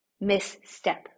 misstep